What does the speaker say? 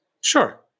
Sure